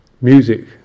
music